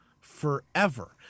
forever